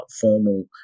formal